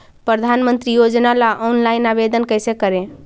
प्रधानमंत्री योजना ला ऑनलाइन आवेदन कैसे करे?